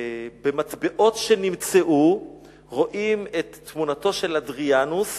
במטבעות שנמצאו רואים את תמונתו של אדריאנוס